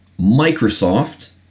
Microsoft